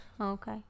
Okay